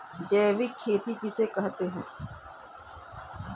जैविक खेती किसे कहते हैं?